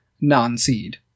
non-seed